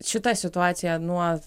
šita situacija nuo